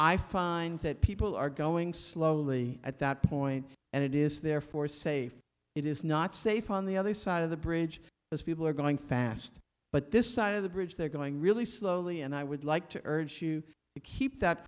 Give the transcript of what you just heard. i find that people are going slowly at that point and it is therefore safe it is not safe on the other side of the bridge those people are going fast but this side of the bridge they're going really slowly and i would like to urge you to keep that